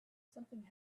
something